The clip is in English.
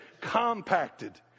Compacted